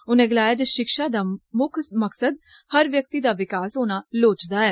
उनें गलाया जे षिक्षा दा मुक्ख मकसद हर व्यक्ति दा विकास होना लोड़चदा ऐ